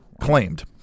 Claimed